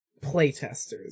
playtesters